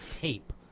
tape